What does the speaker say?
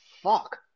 fuck